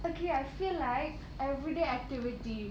okay I feel like everyday activity